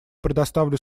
предоставляю